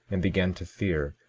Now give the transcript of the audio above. and began to fear.